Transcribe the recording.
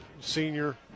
senior